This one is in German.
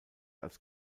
als